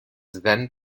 then